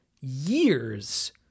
years